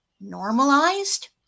normalized